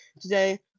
today